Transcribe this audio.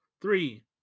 three